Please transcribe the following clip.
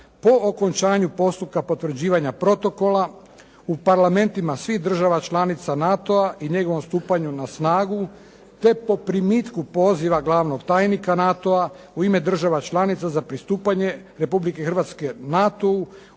po okončanju postupka potvrđivanja protokola u parlamentima svih država članica NATO-a i njegovom stupanju na snagu, te po primitku poziva glavnog tajnika NATO-a u ime država članica za pristupanje Republike Hrvatske NATO-u